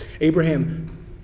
Abraham